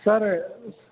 sir